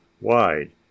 wide